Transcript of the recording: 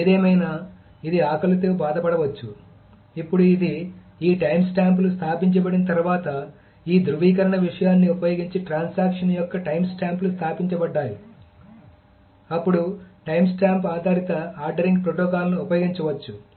ఏదేమైనా ఇది ఆకలితో బాధపడవచ్చు ఇప్పుడు ఇది ఈ టైమ్స్టాంప్లు స్థాపించబడిన తర్వాత ఈ ధ్రువీకరణ విషయాన్ని ఉపయోగించి ట్రాన్సాక్షన్ యొక్క టైమ్స్టాంప్లు స్థాపించబడ్డాయి అప్పుడు టైమ్స్టాంప్ ఆధారిత ఆర్డరింగ్ ప్రోటోకాల్లను ఉపయోగించవచ్చు